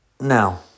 Now